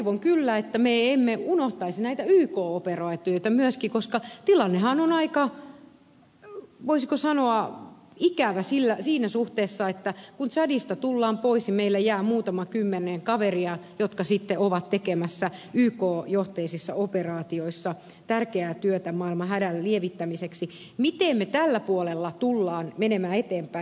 toivon kyllä että me emme unohtaisi näitä yk operaatioita myöskään koska tilannehan on aika voisiko sanoa ikävä siinä suhteessa että kun tsadista tullaan pois ja meillä jää muutama kymmenen kaveria jotka sitten ovat tekemässä yk johteisissa operaatioissa tärkeää työtä maailman hädän lievittämiseksi miten me tällä puolella tulemme menemään eteenpäin